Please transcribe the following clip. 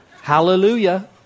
Hallelujah